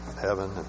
heaven